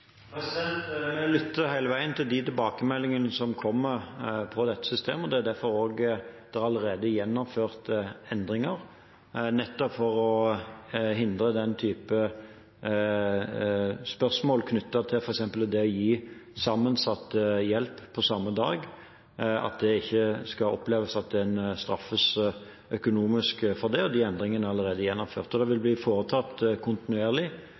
lytter hele veien til de tilbakemeldingene som kommer på dette systemet. Det er derfor det allerede er gjennomført endringer, nettopp for å hindre denne type spørsmål knyttet til f.eks. det å gi sammensatt hjelp samme dag – at det ikke skal oppleves at en straffes økonomisk for det. De endringene er allerede gjennomført. Det vil kontinuerlig bli foretatt